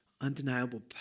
undeniable